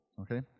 Okay